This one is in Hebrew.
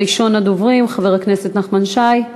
ראשון הדוברים, חבר הכנסת נחמן שי.